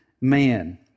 man